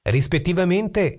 Rispettivamente